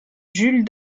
jules